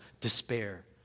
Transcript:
despair